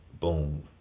boom